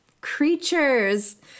creatures